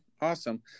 awesome